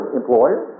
employer